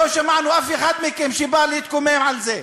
לא שמענו אף אחד מכם שבא להתקומם על זה.